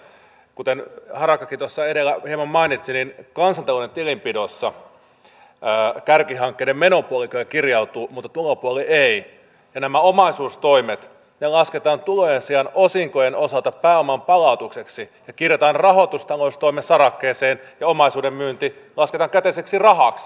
kuten harakkakin tuossa edellä hieman mainitsi niin kansantalouden tilinpidossa kärkihankkeiden menopuoli kyllä kirjautuu mutta tulopuoli ei nämä omaisuustoimet lasketaan tulojen sijaan osinkojen osalta pääoman palautukseksi ja kirjataan rahoitustaloustoimen sarakkeeseen ja omaisuuden myynti lasketaan käteiseksi rahaksi